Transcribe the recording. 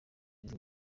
izi